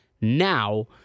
now